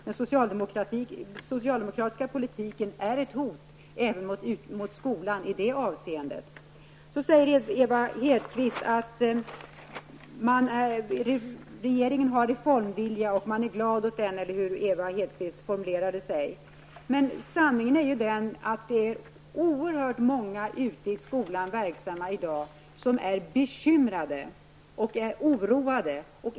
Den socialdemokratiska politiken är ett hot även mot skolan i det avseendet. Ewa Hedkvist Petersen säger att regeringen har reformvilja och att regeringen är glad för det. Men sanningen är att många verksamma i skolorna i dag är bekymrade och oroade.